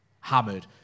hammered